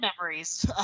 memories